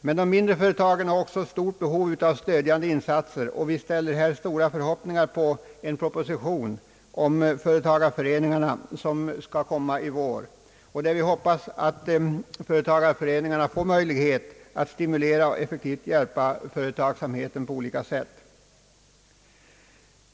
Men de mindre företagen har också stort behov av stödjande insatser, och vi ställer stora förhoppningar på den proposition om företagarföreningarna som skall komma i vår. Vi hoppas att den skall medverka till att de får möjlighet att stimulera och effektivt hjälpa företagsamheten på olika fält.